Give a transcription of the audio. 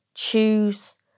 choose